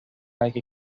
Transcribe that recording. like